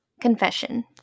confession